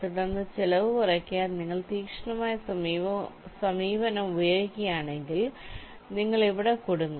തുടർന്ന് ചെലവ് കുറയ്ക്കാൻ നിങ്ങൾ തീക്ഷ്ണമായ സമീപനം ഉപയോഗിക്കുകയാണെങ്കിൽ നിങ്ങൾ ഇവിടെ കുടുങ്ങും